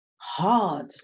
hard